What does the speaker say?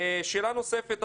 שאלה שלישית.